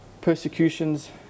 persecutions